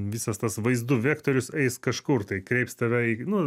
visas tas vaizdu vektorius eis kažkur tai kreips tave į nu